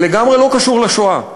ולגמרי לא קשור לשואה,